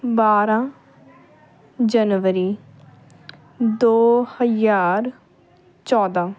ਬਾਰ੍ਹਾਂ ਜਨਵਰੀ ਦੋ ਹਜ਼ਾਰ ਚੌਦ੍ਹਾਂ